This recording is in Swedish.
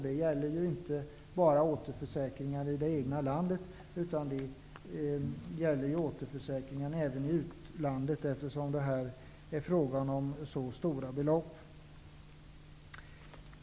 Det gäller inte bara återförsäkringar i det egna landet utan även i utlandet, eftersom det här är fråga om så stora belopp.